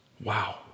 Wow